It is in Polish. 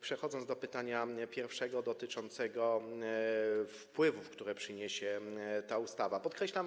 Przechodząc do pytania pierwszego, dotyczącego wpływów, które przyniesie ta ustawa, podkreślam.